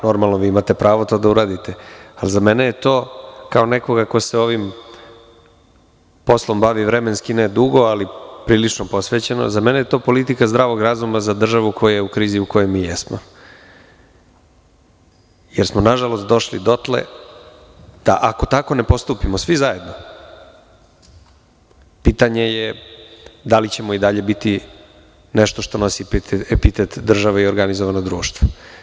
Normalno da imate pravo da to uradite, ali za mene je to kao nekoga ko se ovim poslom bavi, vremenski ne dugo ali prilično posvećeno, za mene je to politika zdravog razuma za državu koja je u krizi u kojoj mi jesmo, jer smo nažalost došli dotle da, ako tako ne postupimo svi zajedno, pitanje je da li ćemo i dalje biti nešto što nosi epitet države i organizovanog društva.